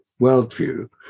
worldview